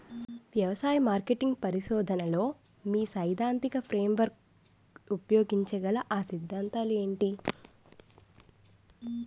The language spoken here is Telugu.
వ్యవసాయ మార్కెటింగ్ పరిశోధనలో మీ సైదాంతిక ఫ్రేమ్వర్క్ ఉపయోగించగల అ సిద్ధాంతాలు ఏంటి?